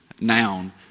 noun